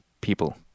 people